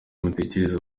mutekereza